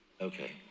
okay